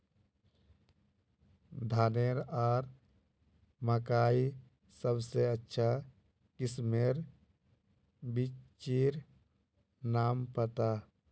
धानेर आर मकई सबसे अच्छा किस्मेर बिच्चिर नाम बता?